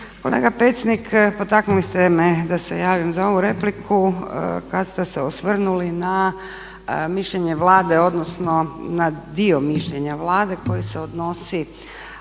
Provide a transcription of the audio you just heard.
Kolega Pecnik, potaknuli ste me da se javim za ovu repliku kada ste se osvrnuli na mišljenje Vlade odnosno